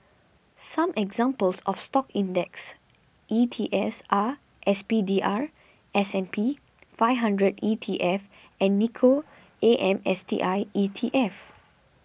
some examples of stock index E T S R S P D R S and P Five Hundred E T F and Nikko A M S T I E T F